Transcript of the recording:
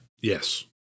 Yes